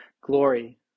glory